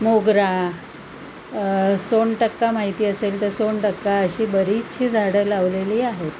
मोगरा सोनटक्का माहिती असेल तर सोनटक्का अशी बरीचशी झाडं लावलेली आहेत